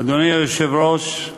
אדוני היושב-ראש,